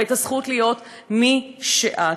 ואת הזכות להיות מי שאת,